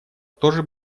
тоже